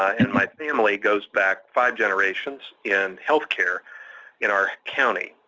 and my family goes back five generations in health care in our county.